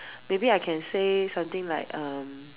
maybe I can say something like um